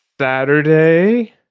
Saturday